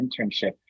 internship